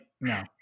no